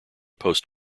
post